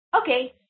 Okay